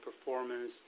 performance